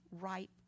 ripe